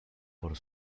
por